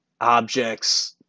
objects